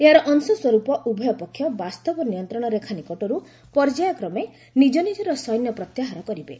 ଏହାର ଅଂଶସ୍ୱରୂପ ଉଭୟ ପକ୍ଷ ବାସ୍ତବ ନିୟନ୍ତ୍ରଣ ରେଖା ନିକଟର୍ ପର୍ଯ୍ୟାୟକ୍ରମେ ନିଜ ନିଜର ସୈନ୍ୟ ପ୍ରତ୍ୟାହାର କରିବେ